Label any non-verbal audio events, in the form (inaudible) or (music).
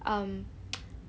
um (noise)